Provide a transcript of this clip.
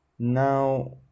now